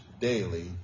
daily